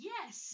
Yes